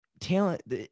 talent